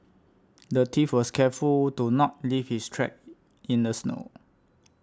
the thief was careful to not leave his tracks it in the snow